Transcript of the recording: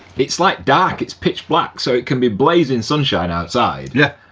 it's like dark, it's pitch black. so it can be blazing sunshine outside yeah.